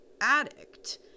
addict